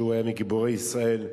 שהיה מגיבורי ישראל,